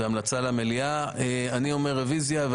רביזיה.